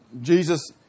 Jesus